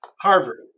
Harvard